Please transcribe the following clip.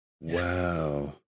Wow